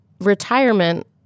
retirement